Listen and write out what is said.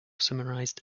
summarised